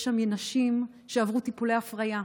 יש שם נשים שעברו טיפולי הפריה,